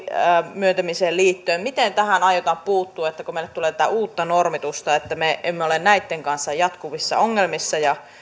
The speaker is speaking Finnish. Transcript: myöntämiseen liittyen miten tähän aiotaan puuttua kun meille tulee uutta normitusta että me emme ole näitten kanssa jatkuvissa ongelmissa ja